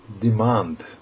demand